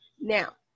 Now